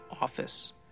office